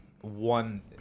one